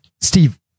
Steve